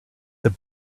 that